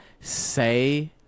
say